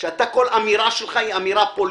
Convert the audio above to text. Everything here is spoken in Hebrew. שכל אמירה שלך היא אמירה פוליטית,